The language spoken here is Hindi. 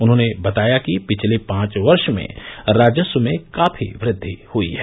उन्होंने बताया कि पिछले पांच वर्ष में राजस्व में काफी वृद्वि हुई है